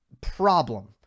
problem